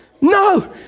No